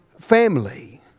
family